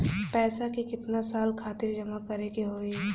पैसा के कितना साल खातिर जमा करे के होइ?